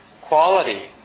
quality